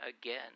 again